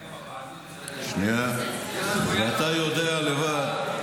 לא המגרשים, הבעיה היא הבעלות, כשיש